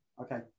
Okay